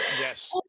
Yes